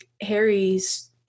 Harry's